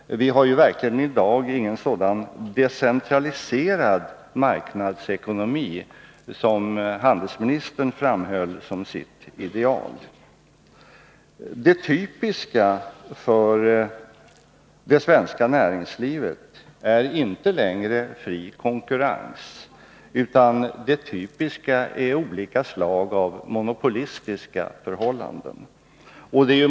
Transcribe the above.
Vi har i dag verkligen ingen sådan decentraliserad marknadsekonomi som handelsministern framhöll såsom sitt ideal. Det typiska för det svenska näringslivet är inte längre fri konkurrens utan olika slag av monopolistiska förhållanden.